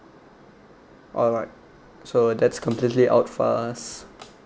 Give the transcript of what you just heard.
alright so that's completely out for us